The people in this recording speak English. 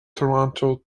toronto